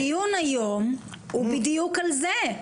הדיון היום הוא בדיוק על זה.